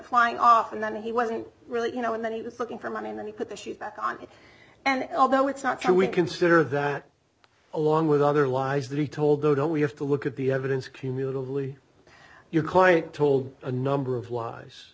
flying off and then he wasn't really you know and then he was looking for money and then he put the shoes back on and although it's not true we consider that along with other lies that he told though don't we have to look at the evidence cumulatively your client told a number of lives